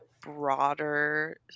broader